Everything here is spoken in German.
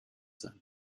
sein